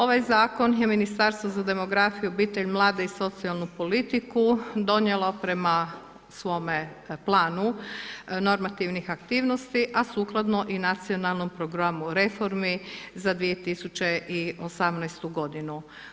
Ovaj Zakon je Ministarstvo za demografiju, obitelj, mlade i socijalnu politiku donijelo prema svome planu normativnih aktivnosti, a sukladno i nacionalnom programu reformi za 2018. godinu.